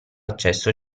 accesso